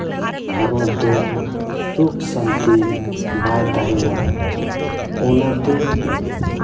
ᱜᱷᱟᱨᱚᱸᱡᱽ ᱫᱚ ᱥᱩᱠ ᱥᱟᱹᱱᱛᱤ ᱵᱟᱭ ᱛᱟᱦᱮᱱᱟ ᱚᱱᱟᱛᱮ